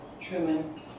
Truman